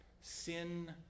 sin